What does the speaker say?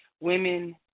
women